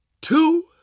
two